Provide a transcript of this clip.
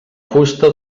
fusta